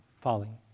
falling